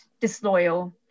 disloyal